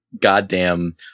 goddamn